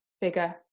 bigger